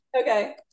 Okay